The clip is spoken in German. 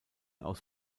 aus